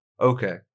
okay